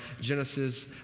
Genesis